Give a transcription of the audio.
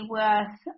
worth